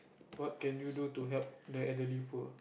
what can you do to help the elderly poor